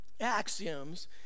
axioms